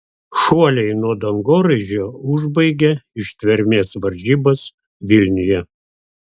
šuoliai nuo dangoraižio užbaigė ištvermės varžybas vilniuje